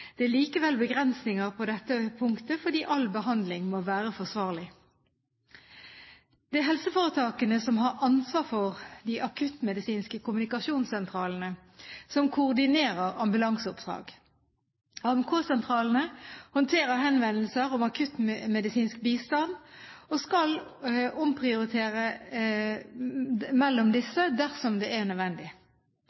Det er likevel begrensninger på dette punktet, fordi all behandling må være forsvarlig. Det er helseforetakene som har ansvar for de akuttmedisinske kommunikasjonssentralene, AMK, som koordinerer ambulanseoppdrag. AMK-sentralene håndterer henvendelser om akuttmedisinsk bistand og skal omprioritere mellom